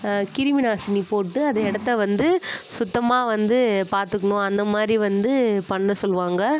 கிருமிநாசினி போட்டு அது இடத்த வந்து சுத்தமாக வந்து பார்த்துக்கணும் அந்தமாதிரி வந்து பண்ண சொல்லுவாங்கள்